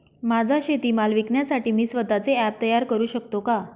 माझा शेतीमाल विकण्यासाठी मी स्वत:चे ॲप तयार करु शकतो का?